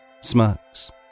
Smirks